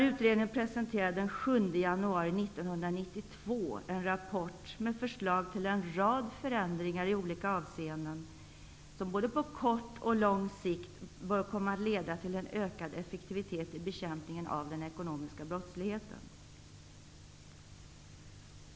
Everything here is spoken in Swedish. Utredningen presenterade den 7 januari 1992 en rapport med förslag till en rad förändringar i olika avseenden, som både på kort och på lång sikt bör komma att leda till en ökad effektivitet i bekämpningen av den ekonomiska brottsligheten.